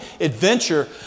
adventure